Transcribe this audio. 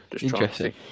interesting